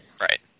Right